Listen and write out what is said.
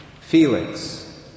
Felix